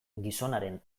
gizonaren